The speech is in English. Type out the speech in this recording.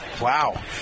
Wow